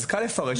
אז קל לפרש אותו.